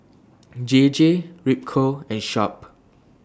J J Ripcurl and Sharp